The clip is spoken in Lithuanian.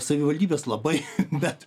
savivaldybės labai bet